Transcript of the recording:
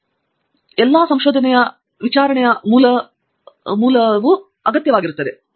ಮತ್ತು ನೀವು ಮಾಡುವ ಎಲ್ಲಾ ಸಂಶೋಧನೆಗಳ ಆಧಾರದ ಮೇಲೆ ವಿಚಾರಣೆಯ ಮೂಲ ಆತ್ಮವು ಅಗತ್ಯವಾಗಿರುತ್ತದೆ